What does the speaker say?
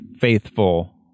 faithful